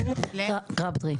קרבטרי,